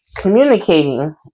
communicating